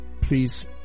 please